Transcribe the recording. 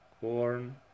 corn